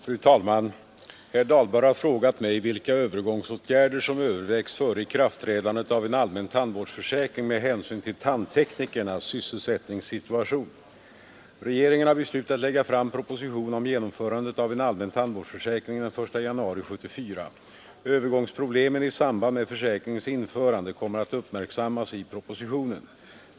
Fru talman! Herr Dahlberg har frågat mig vilka övergångsåtgärder som övervägs före ikraftträdandet av en allmän tandvårdsförsäkring med hänsyn till tandteknikernas sysselsättningssituation. Regeringen har beslutat lägga fram proposition om genomförandet av en allmän tandvårdsförsäkring den 1 januari 1974. Övergångsproblemen i samband med försäkringens införande kommer att uppmärksammas i propositionen.